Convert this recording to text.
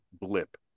blip